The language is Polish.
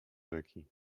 rzeki